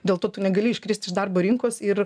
dėl to tu negali iškristi iš darbo rinkos ir